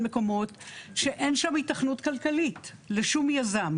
מקומות שאין שם היתכנות כלכלית לשום יזם.